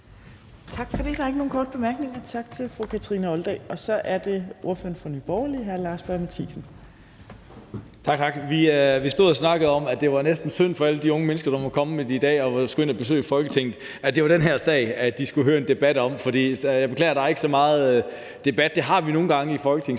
Tak for det. Der er ikke nogen korte bemærkninger. Tak til fru Kathrine Olldag. Så er det ordføreren for Nye Borgerlige, hr. Lars Boje Mathiesen. Kl. 13:16 (Ordfører) Lars Boje Mathiesen (NB): Tak. Vi stod og snakkede om, at det næsten var synd for alle de unge mennesker, der var kommet i dag og skulle ind at besøge Folketinget, at det var den her sag, de skulle høre en debat om. Jeg beklager, der er ikke så meget debat. Det har vi nogle gange i Folketingssalen.